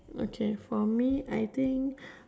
okay for me I think